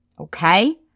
Okay